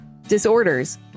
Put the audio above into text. Disorders